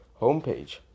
homepage